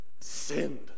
sinned